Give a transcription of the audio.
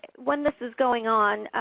when this is going on,